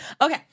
Okay